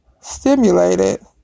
stimulated